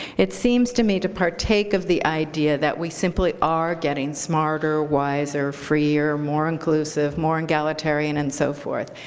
it seems to me to partake of the idea that we simply are getting smarter, wiser, freer, more inclusive, more egalitarian and so forth.